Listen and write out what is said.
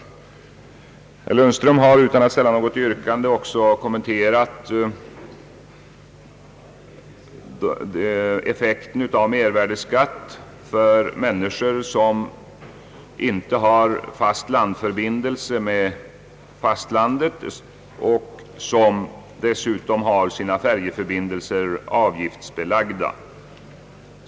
Herr Lundström har utan att ställa något yrkande också kommenterat effekten av mervärdeskatten för de människor, som inte har fast landförbindelse och som dessutom måste betala avgift för färjeförbindelserna.